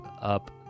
up